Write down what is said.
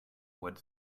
what